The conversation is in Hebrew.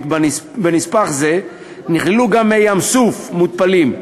בנספח זה נכללו גם מי ים-סוף מותפלים.